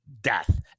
death